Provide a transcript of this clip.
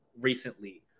recently